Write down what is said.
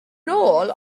nôl